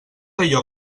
allò